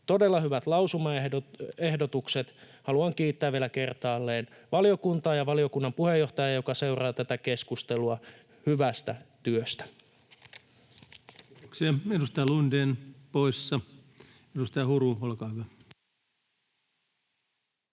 Todella hyvät lausumaehdotukset. Haluan kiittää vielä kertaalleen valiokuntaa ja valiokunnan puheenjohtajaa, joka seuraa tätä keskustelua, hyvästä työstä. [Speech